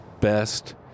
best